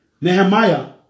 Nehemiah